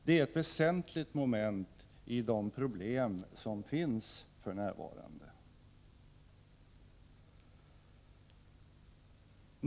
Det är ett väsentligt moment i de problem som finns för närvarande.